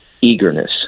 eagerness